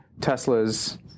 Tesla's